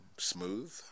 smooth